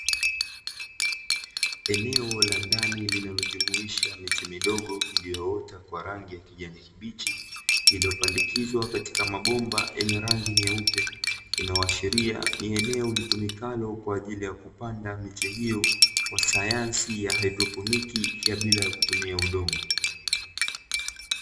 Eneo la ndani linalojumuisha miche midogo iliyoota kwa rangi ya kijani kibichi, iliyopandikizwa katika mabomba yenye rangi nyeupe, inayoashiria ni eneo litumikalo kwa ajili ya kupanda miche hiyo kwa sayansi ya "haidroponiki "ya bila ya kutumia udongo.